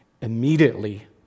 Immediately